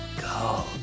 Go